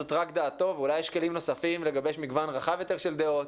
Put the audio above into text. זאת רק דעתו ואולי יש כלים נוספים לגבש מגוון רחב יותר של דעות.